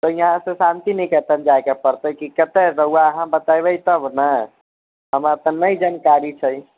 तऽ यहाँसँ शान्तिनिकेतन जाइके पड़तै कि कतऽ रउवा अहाँ बतेबै तब ने हमरा तऽ नहि जानकारी छै